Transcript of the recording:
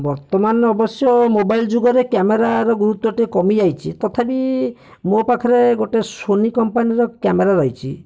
ବର୍ତ୍ତମାନ ଅବଶ୍ୟ ମୋବାଇଲ୍ ଯୁଗରେ କ୍ୟାମେରାର ଗୁରୁତ୍ୱ ଟିକିଏ କମିଯାଇଛି ତଥାପି ମୋ ପାଖରେ ଗୋଟେ ସୋନୀ କମ୍ପାନୀର କ୍ୟାମେରା ରହିଛି